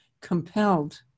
compelled